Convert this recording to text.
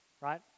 right